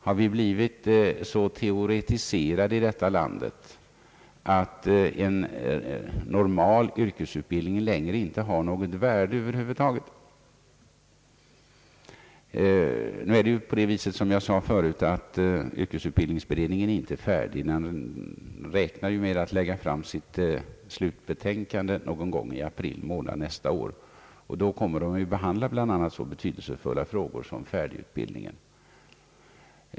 Har vi blivit så teoretiserade i detta land, att en normal yrkesutbildning över huvud taget inte längre har något värde? Yrkesutbildningsberedningen räknar med att lägga fram sitt slutbetänkande i april nästa år, och den kommer då att behandla bl.a. så betydelsefulla frågor som färdigutbildningen.